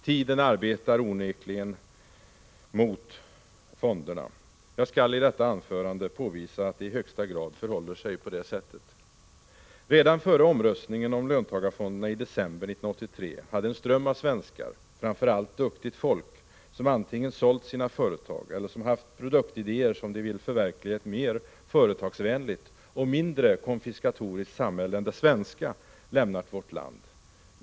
Tiden arbetar onekligen mot fonderna. Jag skall i detta anförande påvisa att det i högsta grad förhåller sig på det sättet. Redan före omröstningen om löntagarfonderna i december 1983 hade en ström av svenskar, framför allt duktigt folk som antingen sålt sina företag eller som haft produktidéer som de ville förverkliga i ett mer företagsvänligt och mindre konfiskatoriskt samhälle än det svenska, lämnat vårt land.